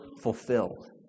fulfilled